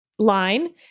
line